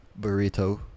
Burrito